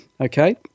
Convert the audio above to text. Okay